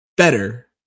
better